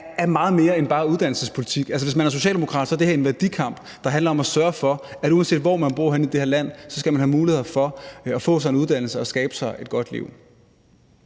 meget mere end bare uddannelsespolitik. Hvis man er socialdemokrat, er det her en værdikamp, der handler om at sørge for, at uanset hvor man bor henne i det her land, skal man have mulighed for at få sig en uddannelse og skabe sig et godt liv.